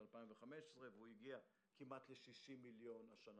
2015 והגיע כמעט ל-60 מיליון שקלים השנה.